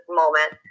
moment